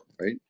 right